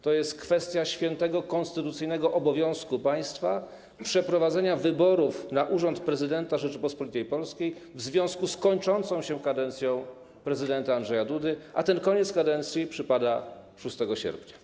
To jest kwestia świętego konstytucyjnego obowiązku państwa przeprowadzenia wyborów na urząd prezydenta Rzeczypospolitej Polskiej w związku z kończącą się kadencją prezydenta Andrzeja Dudy, a ten koniec kadencji przypada na dzień 6 sierpnia.